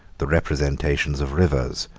the representations of rivers,